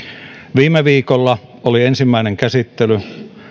viime viikolla oli ensimmäinen käsittely